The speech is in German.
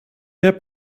wer